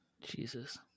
Jesus